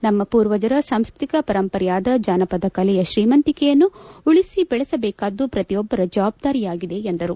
ನಮ್ಮ ಪೂರ್ವಜರ ಸಾಂಸ್ಟ್ರತಿಕ ಪರಂಪರೆಯಾದ ಜಾನಪದ ಕಲೆಯ ಶ್ರೀಮಂತಿಕೆಯನ್ನು ಉಳಿಸಿ ಬೆಳೆಸಬೇಕಾದ್ದು ಪ್ರತಿಯೊಬ್ಬರ ಜವಾಬ್ದಾರಿಯಾಗಿದೆ ಎಂದರು